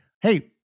hey